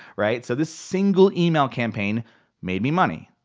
right? so this single email campaign made me money,